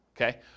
okay